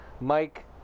Mike